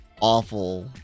awful